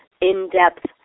in-depth